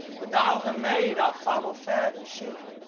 that thou her maid art far more fair than she